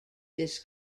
this